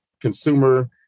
consumer